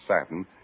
satin